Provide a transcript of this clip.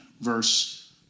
verse